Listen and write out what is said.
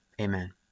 amen